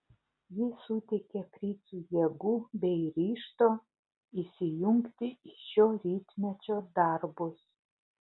ji suteikė fricui jėgų bei ryžto įsijungti į šio rytmečio darbus